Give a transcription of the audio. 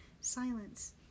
silence